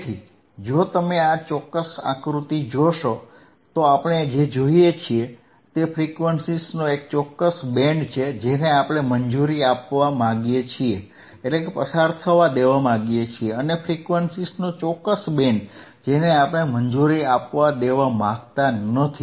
તેથી જો તમે આ ચોક્કસ આકૃતિ જોશો તો આપણે જે જોઈએ છીએ તે ફ્રીક્વન્સીઝનો એક ચોક્કસ બેન્ડ છે જેને આપણે મંજૂરી આપવા માંગીએ છીએ અને ફ્રીક્વન્સીઝનો ચોક્કસ બેન્ડ જેને આપણે મંજૂરી આપવા માંગતા નથી